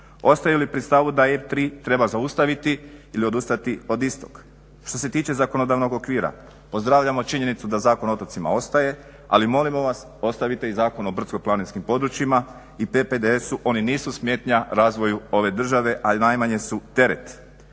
Ostaju li pri stavu da EIB 3 treba zaustaviti ili odustati od istog. Što se zakonodavnog okvira, pozdravljamo činjenicu da Zakon o otocima ostaje, ali molimo vas ostavite i Zakon o brdsko-planinskim područjima i PPDS-u, oni nisu smetnja razvoju ove države, a najmanje su teret.